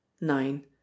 nine